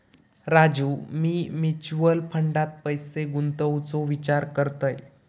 राजू, मी म्युचल फंडात पैसे गुंतवूचो विचार करतय